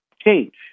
change